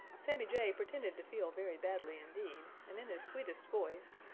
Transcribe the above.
sammy jay pretended to feel very badly indeed, and in his sweetest voice,